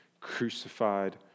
crucified